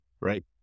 right